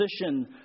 position